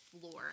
floor